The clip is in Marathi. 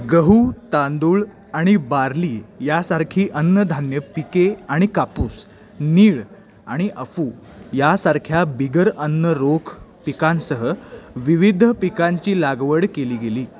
गहू तांदूळ आणि बार्ली यासारखी अन्नधान्य पिके आणि कापूस नीळ आणि अफू यासारख्या बिगर अन्न रोख पिकांसह विविध पिकांची लागवड केली गेली